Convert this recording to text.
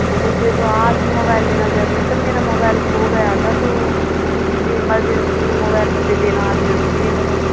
मुझे तो आज ही मोबाइल लेना जरुरी था मेरा मोबाइल खो गया था तो इसलिए इमरजेंसी में मोबाइल मुझे लेना आज ज़रुरी है मैडम